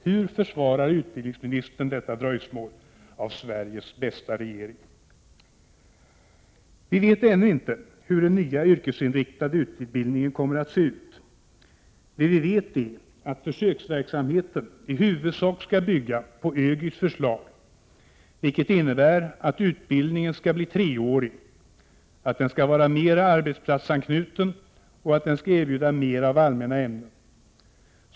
Hur försvarar utbildningsministern detta dröjsmål av ”Sveriges bästa regering”? Vi vet ännu inte hur den nya yrkesinriktade utbildningen kommer att se ut. Det vi vet är att försöksverksamheten i huvudsak skall bygga på ÖGY:s förslag, vilket innebär att utbildningen skall vara treårig, att den skall vara mera arbetsplatsanknuten och att den skall erbjuda mer av allmänna ämnen.